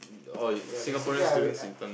ya basically I will I